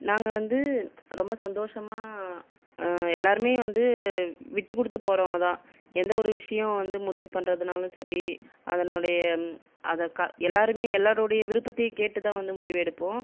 நாங்கள் வந்து ரொம்ப சந்தோசமாக எல்லாருமே வந்து விட்டு கொடுத்து போகிறவங்கள் தான் எந்த ஒரு விஷயோ வந்து முடிவு பண்ணுறதுனாலும் சரி அதனுடைய அதை க்க எல்லாருமே எல்லாருடைய விருப்பத்தையும் கேட்டு தான் வந்து முடிவெடுப்போம்